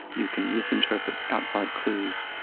you can misinterpret outside clues,